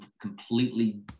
completely